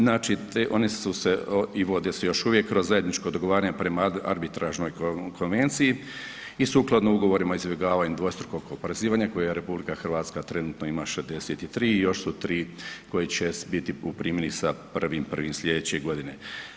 Znači, te, one su se i vode se još uvijek kroz zajedničko dogovaranje prema Arbitražnoj konvenciji i sukladno ugovorima o izbjegavanju dvostrukog oporezivanja koje je RH trenutno ima 63 i još su 3 koje će biti u primjeni sa 1.1. sljedeće godine.